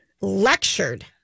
lectured